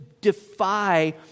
defy